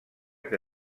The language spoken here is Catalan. que